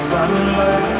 Sunlight